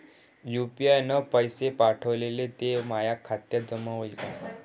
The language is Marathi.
यू.पी.आय न पैसे पाठवले, ते माया खात्यात जमा होईन का?